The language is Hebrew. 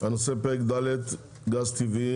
הנושא פרק ד' (גז טבעי),